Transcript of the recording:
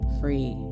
free